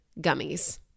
gummies